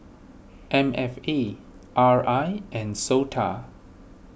M F A R I and Sota